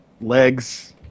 Legs